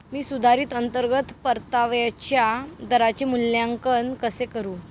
मी सुधारित अंतर्गत परताव्याच्या दराचे मूल्यांकन कसे करू?